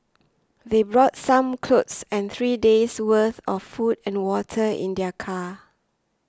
they brought some clothes and three days worth of food and water in their car